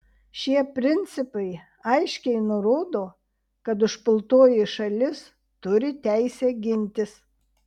šie principai aiškiai nurodo kad užpultoji šalis turi teisę gintis